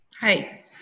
Hi